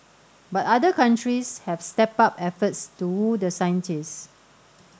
but other countries have stepped up efforts to woo the scientists